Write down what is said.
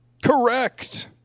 correct